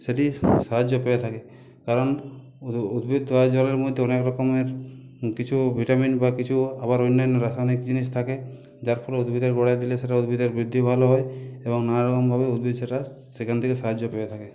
সেটি সাহায্য পেয়ে থাকে কারণ উদ্ভিদ ধোয়া জলের মধ্যে অনেক রকমের কিছু ভিটামিন বা কিছু আবার অন্যান্য রাসায়নিক জিনিস থাকে যার ফলে উদ্ভিদের গোড়ায় দিলে সেটা উদ্ভিদের বৃদ্ধি ভালো হয় এবং নানা রকমভাবে উদ্ভিদ সেটা সেখান থেকে সাহায্য পেয়ে থাকে